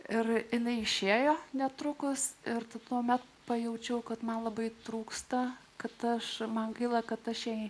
ir jinai išėjo netrukus ir tik tuomet pajaučiau kad man labai trūksta kad aš man gaila kad aš jei